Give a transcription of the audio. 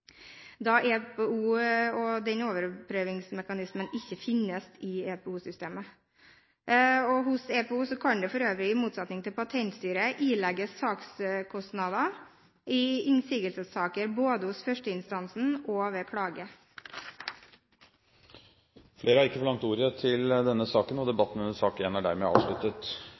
da EPO og den overprøvingsmekanismen ikke finnes i EPO-systemet. Hos EPO kan man for øvrig, i motsetning til i Patentstyret, ilegges sakskostnader i innsigelsessaker både hos førsteinstansen og ved klage. Flere har ikke bedt om ordet til